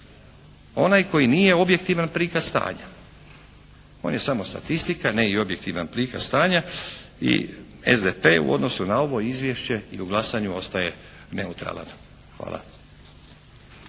onaj koji nije objektivan prikaz stanja. On je samo statistika ne i objektivan prikaz stanja i SDP u odnosu na ovo izvješće i u glasanju ostaje neutralan. Hvala.